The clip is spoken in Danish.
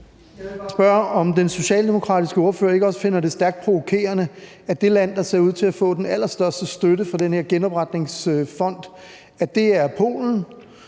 Jeg vil bare spørge, om den socialdemokratiske ordfører ikke også finder det stærkt provokerende, at det land, der ser ud til at få den allerstørste støtte fra den her genopretningsfond, er Polen,